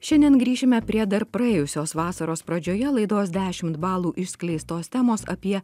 šiandien grįšime prie dar praėjusios vasaros pradžioje laidos dešimt balų išskleistos temos apie